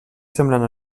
semblant